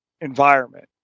environment